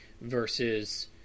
versus